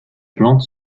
plante